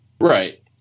Right